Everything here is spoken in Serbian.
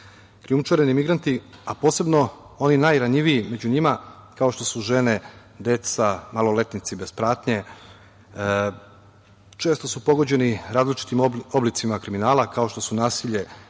grupe. Krijumčareni migranti, a posebno oni najranjiviji među njima, kao što su žene, deca, maloletnici bez pratnje, često su pogođeni različitim oblicima kriminala, kao što su nasilje,